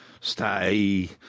Stay